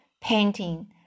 painting